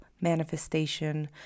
manifestation